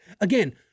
Again